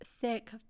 thick